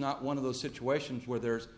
not one of those situations where there is